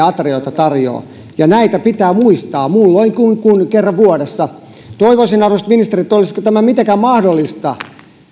aterioita ja näitä pitää muistaa muulloinkin kuin kuin kerran vuodessa toivoisin arvoisat ministerit olisiko mitenkään mahdollista